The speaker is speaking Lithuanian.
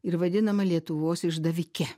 ir vadinama lietuvos išdavike